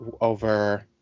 over